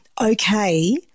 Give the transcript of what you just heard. okay